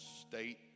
state